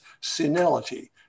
senility